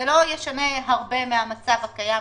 זה לא ישנה הרבה מהמצב הקיים,